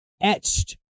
etched